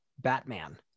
Batman